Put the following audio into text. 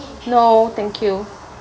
no thank you